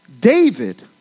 David